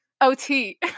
Ot